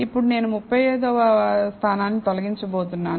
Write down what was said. ఇప్పుడు నేను 35 వ స్థానాన్ని తొలగించబోతున్నాను